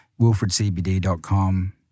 wilfredcbd.com